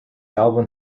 album